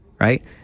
right